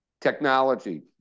Technology